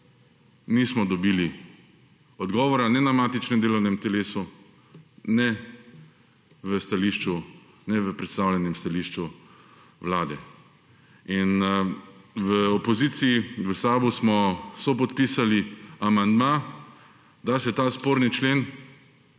nismo dobili odgovora, ne na matičnem delovnem telesu ne v predstavljenem stališču Vlade. V opoziciji, v SAB smo sopodpisali amandma, da se ta sporni člen,